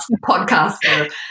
podcaster